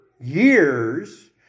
years